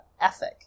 ethic